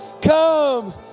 Come